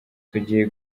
tugiye